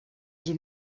sie